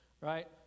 right